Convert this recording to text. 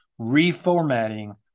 reformatting